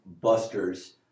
busters